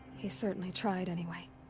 he certainly tried anyway.